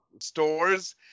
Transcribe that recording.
stores